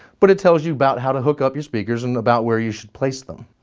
but it tells you about how to hook up your speakers and about where you should place them.